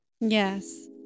yes